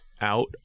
out